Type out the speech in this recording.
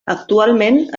actualment